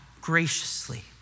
graciously